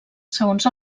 segons